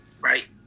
Right